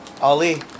Ali